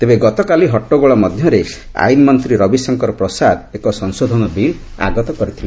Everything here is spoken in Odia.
ତେବେ ଗତକାଲି ହଟ୍ଟଗୋଳ ମଧ୍ୟରେ ଆଇନ୍ ମନ୍ତ୍ରୀ ରବିଶଙ୍କର ପ୍ରସାଦ ଏକ ସଂଶୋଧନ ବିଲ୍ ଆଗତ କରିଥିଲେ